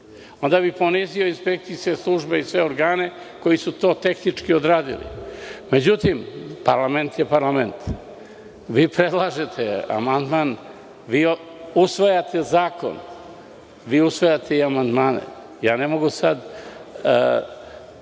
onda bi ponizio inspekcijske službe i sve organe koji su to tehnički odradili.Međutim, parlament je parlament. Vi predlažete amandmane, vi usvajate zakon, vi usvajate i amandmane. Ne mogu sada